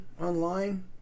online